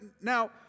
now